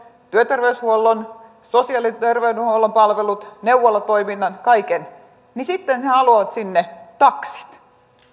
työterveyshuollon sosiaali ja terveydenhuollon palvelut neuvolatoiminnan kaiken niin sitten he he haluavat sinne taksit